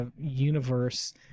universe